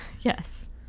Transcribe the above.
Yes